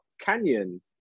Canyon